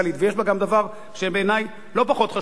ויש בה גם דבר שבעיני לא פחות חשוב,